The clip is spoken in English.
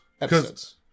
Episodes